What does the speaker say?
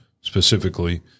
specifically